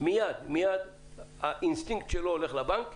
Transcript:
מייד האינסטינקט שלו הולך לבנק,